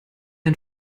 ein